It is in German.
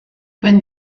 wenn